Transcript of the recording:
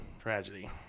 tragedy